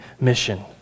mission